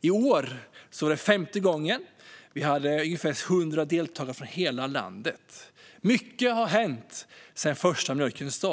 I år var det femte gången. Vi hade ungefär 100 deltagare från hela landet. Mycket har hänt sedan den första mjölkens dag.